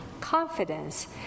confidence